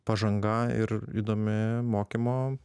pažanga ir įdomi mokymo